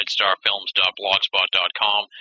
redstarfilms.blogspot.com